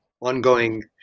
ongoing